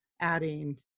adding